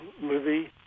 movie